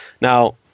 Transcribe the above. Now